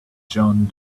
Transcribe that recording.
john